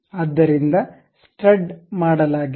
ಆದ್ದರಿಂದ ಸ್ಟಡ್ ಮಾಡಲಾಗಿದೆ